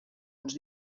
uns